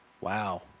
Wow